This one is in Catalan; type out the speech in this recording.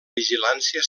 vigilància